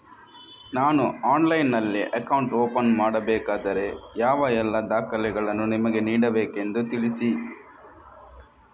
ನಾನು ಆನ್ಲೈನ್ನಲ್ಲಿ account open ಮಾಡಬೇಕಾದರೆ ಯಾವ ಎಲ್ಲ ದಾಖಲೆಗಳನ್ನು ನಿಮಗೆ ನೀಡಬೇಕೆಂದು ತಿಳಿಸಿ?